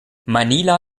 manila